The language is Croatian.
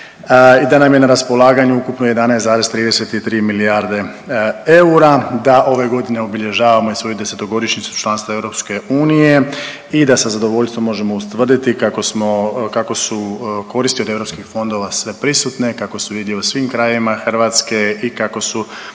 i da nam je na raspolaganju ukupno 11,33 milijarde eura, da ove godine obilježavamo i svoju desetu godišnjicu članstva Europske unije i da sa zadovoljstvom možemo ustvrditi kako su koristi od europskih fondova sve prisutne, kako su vidljive svim krajevima Hrvatske i kako su